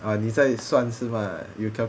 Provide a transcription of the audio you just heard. !wah! 你在算钱 ah you coun~